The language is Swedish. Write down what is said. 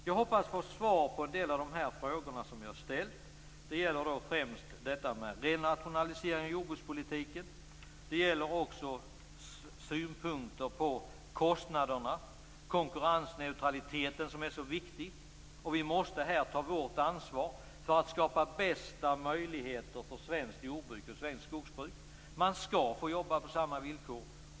Jag hoppas få svar på de frågor som jag har ställt. Det gäller främst detta med renationalisering av jordbrukspolitiken och det gäller också kostnaderna och konkurrensneutraliteten som är så viktig. Här måste vi ta vårt ansvar för att skapa de bästa möjligheterna för svenskt jordbruk och skogsbruk. Man skall få jobba på samma villkor.